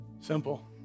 Simple